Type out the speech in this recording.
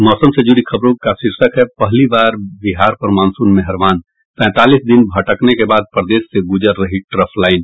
मौसम से जुड़ी खबर का शीर्षक है पहली बार बिहार पर मानसून मेहरवान पैंतालीस दिन भटकने के बाद प्रदेश से गुजर रही ट्रफ लाइन